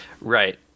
right